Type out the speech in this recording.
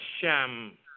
sham